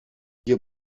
wir